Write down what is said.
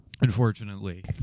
Unfortunately